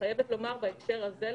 לבד בבית בשעה הזאת.